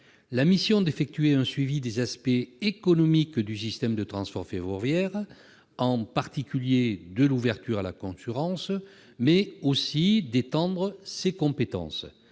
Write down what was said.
la mission d'effectuer un suivi des aspects économiques du système de transport ferroviaire, en particulier son ouverture à la concurrence, et à étendre ses compétences.